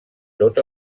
tot